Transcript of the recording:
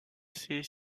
sait